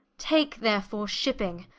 take therefore shipping,